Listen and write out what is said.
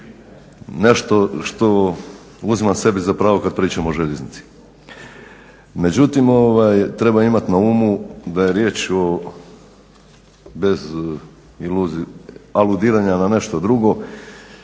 nešto što uzimam sebi za pravo kad pričam o željeznici. Međutim, treba imati na umu da je riječ o, bez aludiranja na nešto drugo,